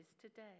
today